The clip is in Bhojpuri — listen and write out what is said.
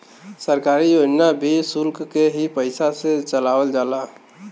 सरकारी योजना भी सुल्क के ही पइसा से चलावल जाला